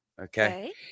Okay